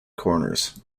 corners